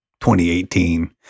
2018